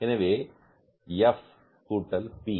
எனவே இது எஃப் கூட்டல் பி